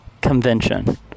convention